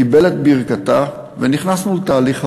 קיבל את ברכתה, ונכנסנו לתהליך עבודה.